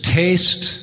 taste